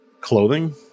clothing